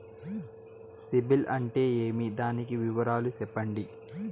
సిబిల్ అంటే ఏమి? దాని వివరాలు సెప్పండి?